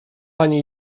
pani